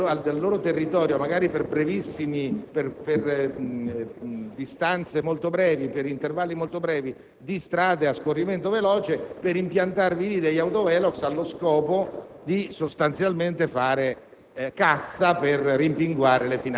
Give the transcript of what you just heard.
il passaggio attraverso il loro territorio, magari per distanze molto brevi, per intervalli molto brevi, di strade a scorrimento veloce, per impiantare degli *autovelox* allo scopo di fare